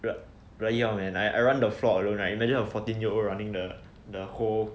I run the floor alone right imagine a fourteen year old running the the whole